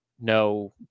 no